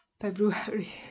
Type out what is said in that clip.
February